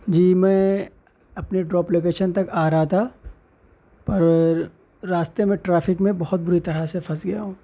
جی میں اپنے drop location تک آ رہا تھا پر راستے میں ٹرافک میں بہت بری طرح سے پھنس گیا ہوں